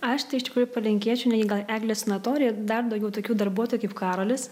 aš tai iš tikrųjų palinkėčiau netgi gal eglės sanatorijai dar daugiau tokių darbuotojų kaip karolis